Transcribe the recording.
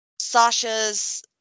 Sasha's